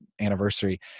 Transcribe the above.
anniversary